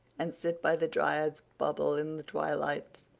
and sit by the dryad's bubble in the twilights,